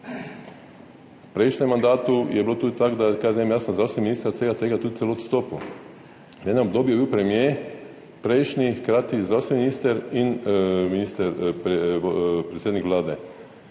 V prejšnjem mandatu je bilo tudi tako, da je, kaj jaz vem, zdravstveni minister od vsega tega celo odstopil. V enem obdobju je bil prejšnji premier hkrati zdravstveni minister in predsednik Vlade.